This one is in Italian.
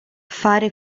fare